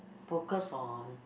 focus on